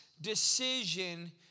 decision